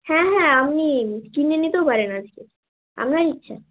হ্যাঁ হ্যাঁ আপনি কিনে নিতেও পারেন আজকে আপনার ইচ্ছা